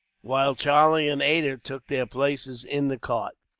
while charlie and ada took their places in the cart.